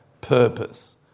purpose